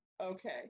Okay